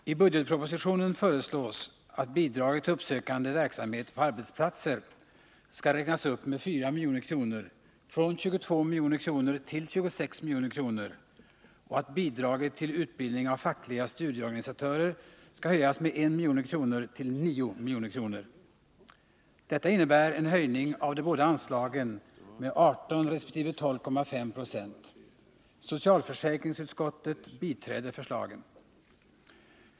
Herr talman! I budgetpropositionen föreslås att bidraget till uppsökande verksamhet på arbetsplatser skall räknas upp med 4 milj.kr. från 22 milj.kr. till 26 milj.kr. och att bidraget till utbildning av fackliga studieorganisatörer skall höjas med 1 milj.kr. till 9 milj.kr. Detta innebär en höjning av de båda anslagen med 18 resp. 12,5 90. Socialförsäkringsutskottet biträder förslagen.